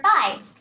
five